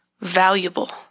valuable